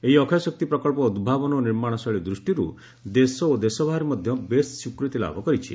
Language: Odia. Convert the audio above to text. ଏହି ଅକ୍ଷୟଶକ୍ତି ପ୍ରକଳ୍ପ ଉଦ୍ଭାବନ ଓ ନିର୍ମାଣ ଶୈଳୀ ଦୂଷ୍ଟିରୁ ଦେଶଓ ଦେଶ ବାହାରେ ମଧ୍ୟ ବେଶ୍ ସ୍ୱୀକୃତି ଲାଭ କରିଛି